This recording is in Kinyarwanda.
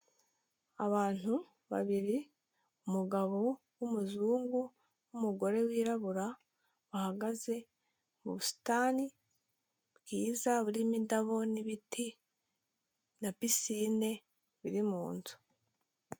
Abantu babiri umugabo w'umuzungu n'umugore wirabura bahagaze mu busitani bwiza burimo indabo n'ibiti na pisine biri mu nzu.